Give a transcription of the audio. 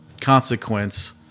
consequence